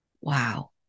Wow